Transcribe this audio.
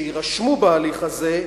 שיירשמו בהליך הזה,